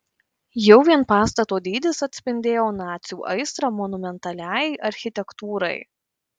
jau vien pastato dydis atspindėjo nacių aistrą monumentaliajai architektūrai